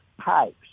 pipes